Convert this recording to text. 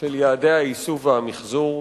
של יעדי האיסוף והמיחזור.